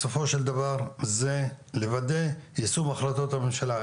בסופו של דבר, זה לוודא יישום החלטות הממשלה.